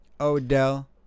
Odell